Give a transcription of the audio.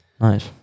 Nice